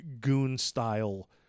goon-style